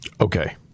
okay